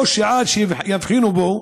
או שעד שיבחינו בו